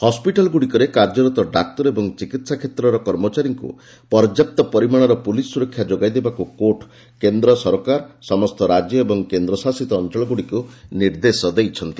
ହସ୍କିଟାଲଗୁଡ଼ିକରେ କାର୍ଯ୍ୟରତ ଡାକ୍ତର ଓ ଚିକିହା କ୍ଷେତ୍ରର କର୍ମଚାରୀମାନଙ୍କୁ ପର୍ଯ୍ୟାପ୍ତ ପରିମାଣର ପୁଲିସ୍ ସୁରକ୍ଷା ଯୋଗାଇ ଦେବାକୁ କୋର୍ଟ୍ କେନ୍ଦ୍ର ସରକାର ସମସ୍ତ ରାଜ୍ୟ ଓ କେନ୍ଦ୍ରଶାସିତ ଅଞ୍ଚଳଗୁଡ଼ିକୁ ନିର୍ଦ୍ଦେଶ ଦେଇଛନ୍ତି